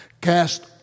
Cast